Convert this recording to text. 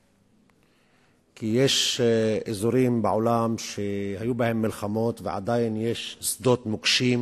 כי יש אזורים בעולם שהיו בהם מלחמות ועדיין יש שדות מוקשים.